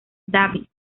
davis